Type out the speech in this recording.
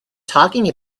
talking